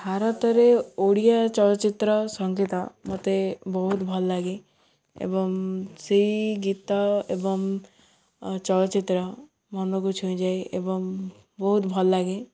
ଭାରତରେ ଓଡ଼ିଆ ଚଳଚ୍ଚିତ୍ର ସଂଗୀତ ମୋତେ ବହୁତ ଭଲ ଲାଗେ ଏବଂ ସେଇ ଗୀତ ଏବଂ ଚଳଚ୍ଚିତ୍ର ମନକୁ ଛୁଇଁ ଯାଏ ଏବଂ ବହୁତ ଭଲ ଲାଗେ